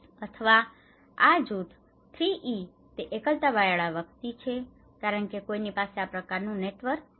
અથવા આ જૂથ 3E તે એકલતાવાળા વ્યક્તિ છે કારણ કે કોઈની પાસે આ પ્રકારનું નેટવર્ક નથી